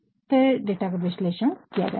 फिर डाटा का विश्लेषण किया जाता है